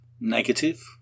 Negative